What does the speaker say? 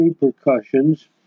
repercussions